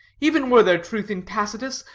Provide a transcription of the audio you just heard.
even were there truth in tacitus,